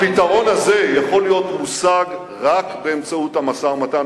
הפתרון הזה יכול להיות מושג רק באמצעות המשא-ומתן,